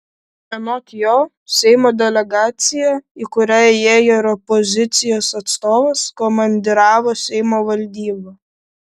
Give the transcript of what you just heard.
anot jo seimo delegaciją į kurią įėjo ir opozicijos atstovas komandiravo seimo valdyba